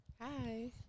Hi